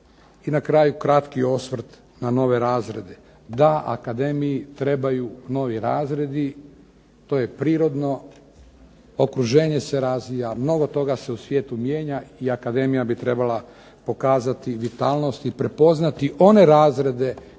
I na kraju kratki osvrt na nove razrede. Da akademiji trebaju novi razredi. To je prirodno, okruženje se razvija, mnogo toga u svijetu se mijenja i akademija bi trebala pokazati vitalnost i prepoznati one razrede